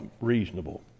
reasonable